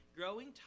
growing